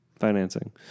Financing